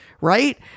right